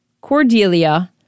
Cordelia